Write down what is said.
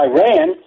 Iran